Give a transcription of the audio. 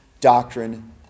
doctrine